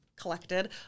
collected